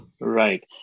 Right